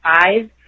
five